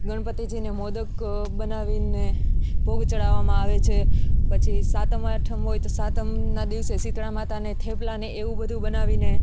ગણપતિજીને મોદક બનાવીને ભોગ ચડાવામાં આવે છે પછી સાતમ આઠમ હોય તો સાતમના દિવસે શીતળા માતાને થેપલાને એવું બધું બનાવીને